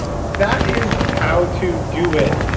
that is how to do it.